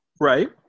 Right